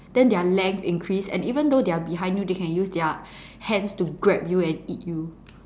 then their length increase and even though they are behind you they can use their hands to grab you and eat you